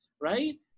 right